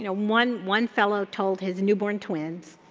you know, one one fellow told his newborn twins.